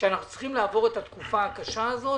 שאנחנו צריכים לעבור את התקופה הקשה הזאת.